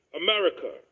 America